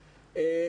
יעיל,